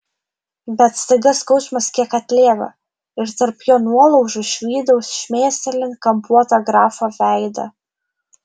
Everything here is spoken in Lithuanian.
bet staiga skausmas kiek atlėgo ir tarp jo nuolaužų išvydau šmėstelint kampuotą grafo veidą